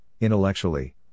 intellectually